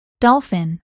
Dolphin